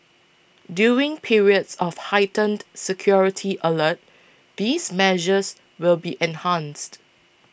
during periods of heightened security alert these measures will be enhanced